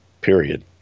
period